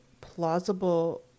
plausible